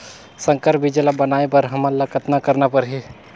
संकर बीजा ल बनाय बर हमन ल कतना करना परही?